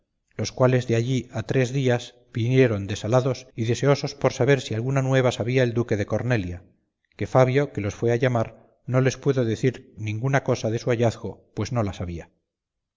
los cuales de allí a tres días vinieron desalados y deseosos por saber si alguna nueva sabía el duque de cornelia que fabio que los fue a llamar no les pudo decir ninguna cosa de su hallazgo pues no la sabía